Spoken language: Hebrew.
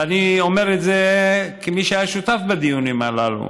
ואני אומר את זה כמי שהיה שותף בדיונים הללו,